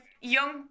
young